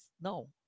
no